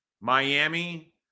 Miami